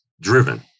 driven